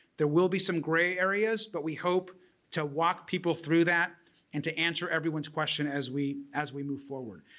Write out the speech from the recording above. there will be some gray areas but we hope to walk people through that and to answer everyone's question as we as we move forward.